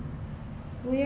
that's true that's true